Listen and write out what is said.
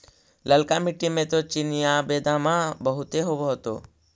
ललका मिट्टी मे तो चिनिआबेदमां बहुते होब होतय?